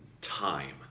Time